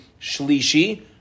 shlishi